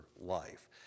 life